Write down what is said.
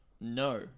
No